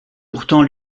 pourtant